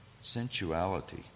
Sensuality